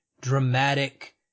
dramatic